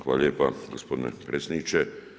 Hvala lijepo gospodine predsjedniče.